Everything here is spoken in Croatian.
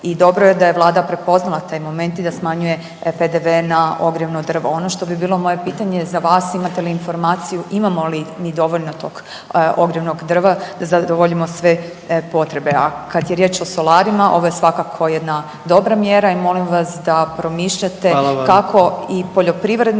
i dobro je da je vlada prepoznala taj moment i da smanjuje PDV na ogrjevno drvo. Ono što bi bilo moje pitanje za vas imate li informaciju imamo li mi dovoljno tog ogrjevnog drva da zadovoljimo sve potrebe? A kada je riječ o solarima ovo je svakako jedna dobra mjera i molim vas da promišljate …/Upadica predsjednik: